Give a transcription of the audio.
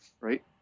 Right